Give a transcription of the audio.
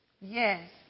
Yes